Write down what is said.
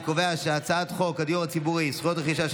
אני קובע שהצעת חוק הדיור הציבורי (זכויות רכישה) של